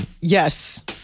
Yes